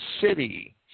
city